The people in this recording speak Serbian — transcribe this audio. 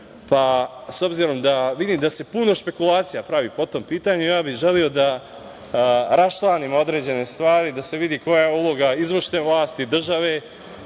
S obzirom da vidim da se puno spekulacija pravi po tom pitanju, ja bih želeo da raščlanim određene stvari, da se vidi koja je uloga izvršne vlasti države,